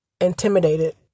intimidated